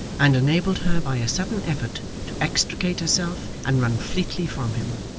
and enabled her by a sudden effort to extricate herself and run fleetly from him.